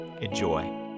Enjoy